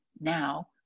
now